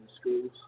schools